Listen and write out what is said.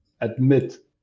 admit